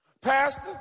pastor